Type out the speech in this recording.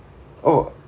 oh